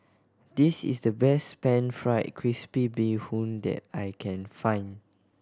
this is the best Pan Fried Crispy Bee Hoon that I can find